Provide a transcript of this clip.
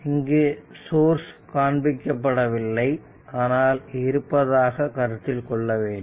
இங்கு சோர்ஸ் காண்பிக்கப்படவில்லை ஆனால் இருப்பதாக கருத்தில் கொள்ள வேண்டும்